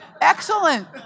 Excellent